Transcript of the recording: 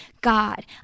God